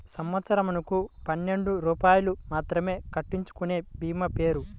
సంవత్సరంకు పన్నెండు రూపాయలు మాత్రమే కట్టించుకొనే భీమా పేరు?